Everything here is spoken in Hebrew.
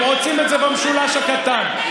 הם רוצים את זה במשולש הקטן,